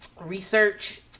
research